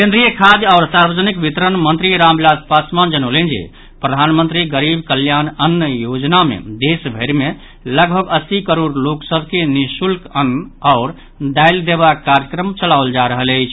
केंद्रीय खाद्य आओर सार्वजनिक वितरण मंत्री रामविलास पासवान जनौलनि जे प्रधानमंत्री गरीब कल्याण अन्न योजना मे देश भरि मे लगभग अस्सी करोड़ लोक सभ के निःशुल्क अन्न आओर दाईल देबाक कार्यक्रम चलाओल जा रहल अछि